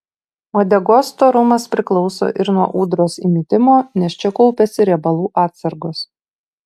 uodegos storumas priklauso ir nuo ūdros įmitimo nes čia kaupiasi riebalų atsargos